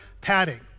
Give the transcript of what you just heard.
padding